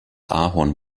ahorn